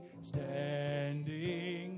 standing